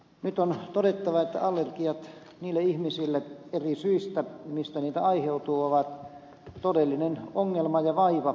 nyt on todettava että allergiat ovat ihmisille eri syistä mistä niitä aiheutuu todellinen ongelma ja vaiva